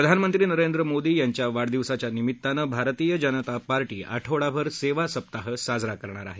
प्रधानमंत्री नरेंद्र मोदी यांच्या वाढदिवसाच्या निमित्ताने भारतीय जनता पार्टी आठवडाभर सेवा सप्ताह साजरा करणार आहे